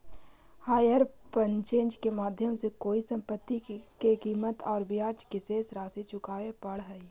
hire purchase के माध्यम से कोई संपत्ति के कीमत औउर ब्याज के शेष राशि चुकावे पड़ऽ हई